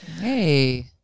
Hey